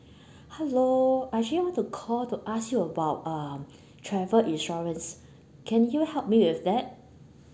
hello I actually want to call to ask you about um travel insurance can you help me with that